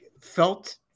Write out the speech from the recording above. Felt